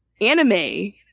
anime